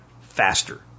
faster